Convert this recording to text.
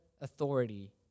authority